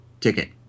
ticket